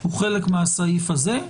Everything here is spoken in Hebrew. הוא חלק מהסעיף הזה.